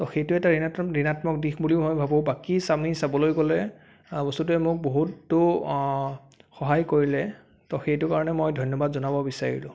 সেইটো এটা ঋ ঋনাত্মক দিশ বুলি মই ভাবোঁ বাকী আমি চাবলৈ গ'লে বস্তুটোৱে মোক বহুতো সহায় কৰিলে ত' সেইটো কাৰণে মই ধন্যবাদ জনাব বিচাৰিলোঁ